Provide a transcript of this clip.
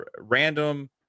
random